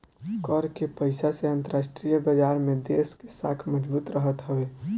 कर के पईसा से अंतरराष्ट्रीय बाजार में देस के साख मजबूत रहत हवे